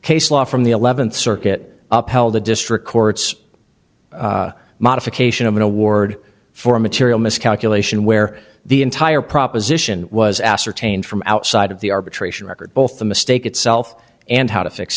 case law from the eleventh circuit up held the district court's modification of an award for material miscalculation where the entire proposition was ascertained from outside of the arbitration record both the mistake itself and how to fix